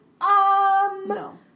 No